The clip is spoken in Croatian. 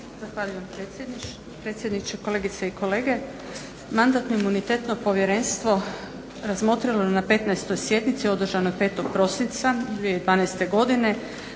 Zahvaljujem predsjedniče. Kolegice i kolege. Mandatno-imunitetno povjerenstvo razmotrilo je na 15.sjednici održanoj 5.prosinca 2012.godine